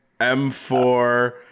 M4